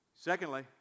Secondly